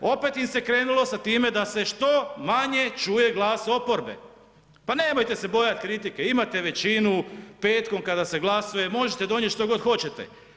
Opet im se krenulo sa time da se što manje čuje glas oporbe, pa nemojte se bojat kritike, imate većinu petkom kada se glasuje, možete donijet što god hoćete.